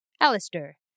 Alistair